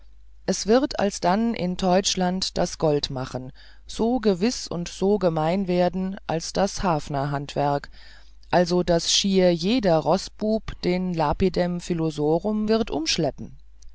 es wird alsdann in teutschland das goldmachen so gewiß und so gemein werden als das hafnerhandwerk also daß schier ein jeder roßbub den lapidem phliosophorum wird umschleppen